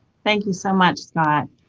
thank you so much, scott.